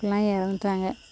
எல்லாம் இறந்துட்டாங்க